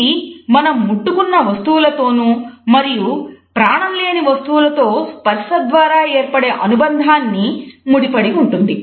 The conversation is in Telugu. ఇది మనం ముట్టుకున్న వస్తువులతోనూ మరియు ప్రాణం లేని వస్తువులతో స్పర్శ ద్వారా ఏర్పడే అనుబంధంతోనూ ముడిపడి ఉంటుంది